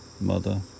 mother